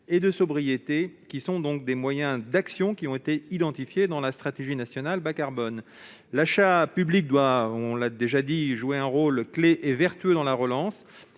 et de sobriété. Ces moyens d'action ont été identifiés dans la stratégie nationale bas-carbone. L'achat public doit jouer un rôle clé et vertueux dans la relance.